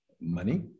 money